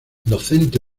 docente